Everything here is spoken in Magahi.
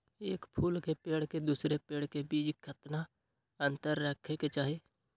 एक फुल के पेड़ के दूसरे पेड़ के बीज केतना अंतर रखके चाहि?